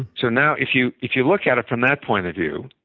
so now if you if you look at it from that point of view,